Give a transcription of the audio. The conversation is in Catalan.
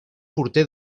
porter